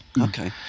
okay